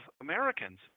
Americans